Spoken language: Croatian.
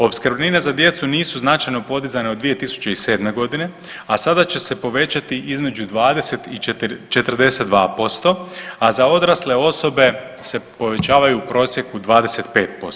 Opskrbnine za djecu nisu značajno podizane od 2007. g., a sada će se povećati između 20 i 42%, a za odrasle osobe se povećavaju u prosjeku 25%